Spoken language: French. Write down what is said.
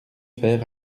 fer